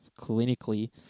clinically